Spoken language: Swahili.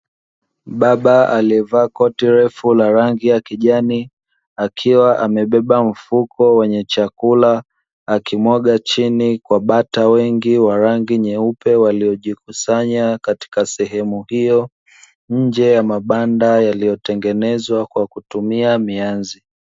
Baba aliyevaa koti refu la rangi ya kijani, akiwa amebeba mfuko wenye chakula, akimwaga chini kwa bata wengi wa rangi nyeupe, waliojikusanya katika sehemu hiyo, nje ya mabanda yaliyotengenezwa kwa kutumia mianzi.